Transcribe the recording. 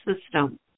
system